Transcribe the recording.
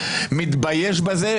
מתבייש בזה,